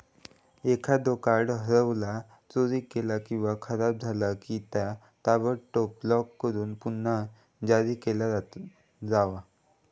एखादो कार्ड हरवला, चोरीक गेला किंवा खराब झाला की, त्या ताबडतोब ब्लॉक करून पुन्हा जारी केला जावा